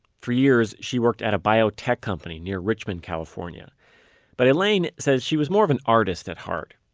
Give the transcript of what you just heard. for years, she worked at a biotech company near richmond, california but elaine says she was more of an artist at heart.